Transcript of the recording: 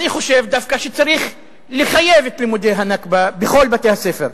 אני דווקא חושב שצריך לחייב את לימודי ה"נכבה" בכל בתי-הספר,